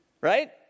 Right